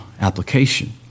application